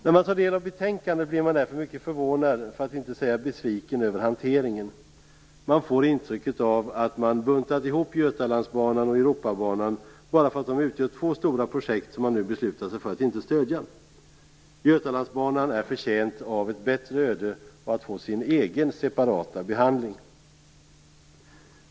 När jag tar del av betänkandet blir jag därför mycket förvånad för att inte säga besviken över hanteringen. Jag får intrycket att man buntat ihop Götalandsbanan och Europabanan bara för att de utgör två stora projekt som man nu beslutat sig för att inte stödja. Götalandsbanan är förtjänt av ett bättre öde och att få sin egen separata behandling.